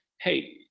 hey